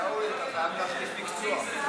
בבקשה, גברתי, עד שלוש דקות לרשותך.